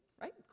Right